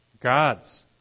God's